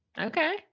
Okay